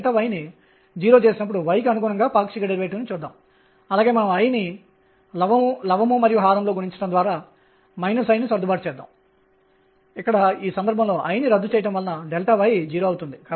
n h అనేది angular momentum కు సంబంధించినది మరియు nnr విలువ ఎనర్జీని ఇచ్చే విధంగా nr విలువ ఉంటుంది